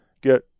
get